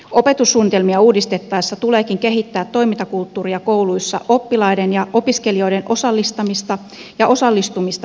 opetussuunnitelmia uudistettaessa tuleekin kehittää toimintakulttuuria kouluissa oppilaiden ja opiskelijoiden osallistamista ja osallistumista vahvistavaksi